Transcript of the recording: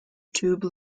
tube